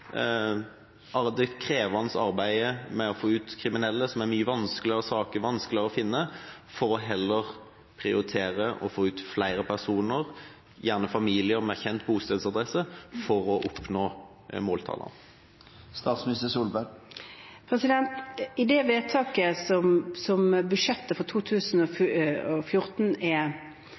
det krevende arbeidet med å få ut kriminelle – det er mye vanskeligere saker, de er vanskeligere å finne – og heller har prioritert å få ut flere personer, gjerne familier med kjent bostedsadresse, for å oppnå måltallene? I det vedtaket som budsjettet for 2014 er